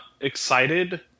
excited